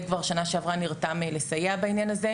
כבר שנה שעברה נרתם לסייע בעניין הזה.